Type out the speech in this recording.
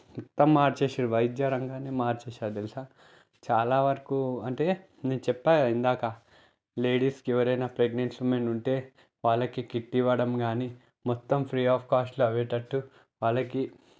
మొత్తం మార్చేసాడు వైద్య రంగాన్ని మార్చేశాడు తెలుసా చాలా వరకు అంటే నేను చెప్పాగ ఇందాక లేడీస్కి ఎవరైనా ప్రెగ్నెన్సీ ఉమెన్ ఉంటే వాళ్ళకి కిట్ ఇవ్వడం కానీ మొత్తం ఫ్రీ ఆఫ్ కాస్ట్లో అయ్యేటట్టు వాళ్ళకి